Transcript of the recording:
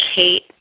Kate